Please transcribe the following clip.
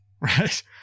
Right